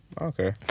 Okay